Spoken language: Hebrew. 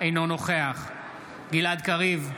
אינו נוכח גלעד קריב,